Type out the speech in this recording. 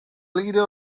leader